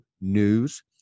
news